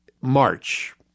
March